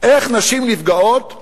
איך נשים נפגעות,